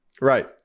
Right